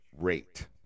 rate